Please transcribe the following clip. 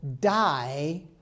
die